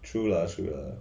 true ah true ah